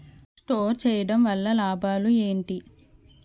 Store చేయడం వల్ల లాభాలు ఏంటి?